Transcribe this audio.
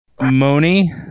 Moni